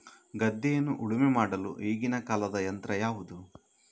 ಗದ್ದೆಯನ್ನು ಉಳುಮೆ ಮಾಡಲು ಈಗಿನ ಕಾಲದ ಯಂತ್ರ ಯಾವುದು?